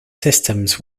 systems